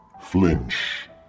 Flinch